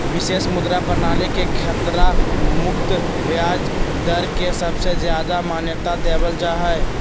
विशेष मुद्रा प्रणाली मे खतरा मुक्त ब्याज दर के सबसे ज्यादा मान्यता देवल जा हय